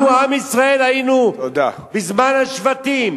אנחנו עם ישראל היינו בזמן השבטים.